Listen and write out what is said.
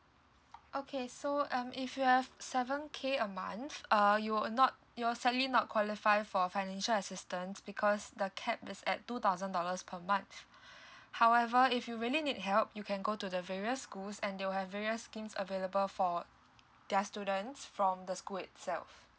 okay so um if you have seven K a month uh you will not you're sadly not qualify for financial assistance because the cap is at two thousand dollars per month however if you really need help you can go to the various schools and they will have various schemes available for their students from the school itself